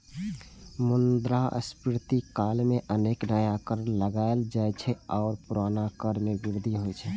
मुद्रास्फीति काल मे अनेक नया कर लगाएल जाइ छै आ पुरना कर मे वृद्धि होइ छै